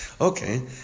Okay